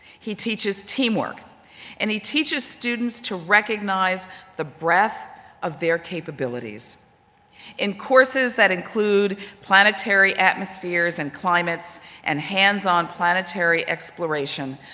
he teaches teamwork and he teaches students to recognize the breath of their capabilities in courses that include planetary atmospheres and climates and hands-on planetary exploration,